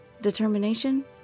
Determination